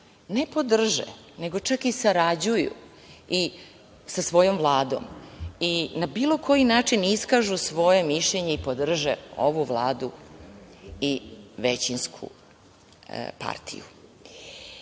ne podrže, nego čak i sarađuju i sa svojom Vladu i na bilo koji način iskažu svoje mišljenje i podrže ovu Vladu i većinsku partiju. Ja